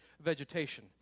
vegetation